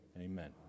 Amen